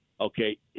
okay